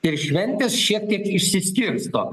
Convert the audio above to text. ir šventės šiek tiek išsiskirsto